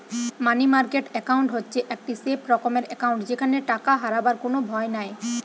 মানি market account হচ্ছে একটি safe রকমের একাউন্ট যেখানে টাকা হারাবার কোনো ভয় নাই